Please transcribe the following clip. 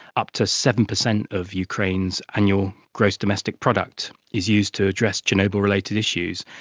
up to seven percent of ukraine's annual gross domestic product is used to address chernobyl related issues,